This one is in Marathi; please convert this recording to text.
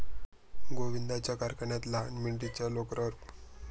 गोविंदाच्या कारखान्यात लहान मेंढीच्या लोकरावर प्रक्रिया केली जाते